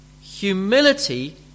humility